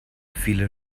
viele